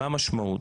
מה המשמעות?